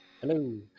hello